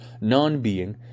non-being